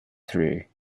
through